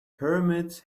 pyramids